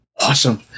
Awesome